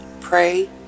pray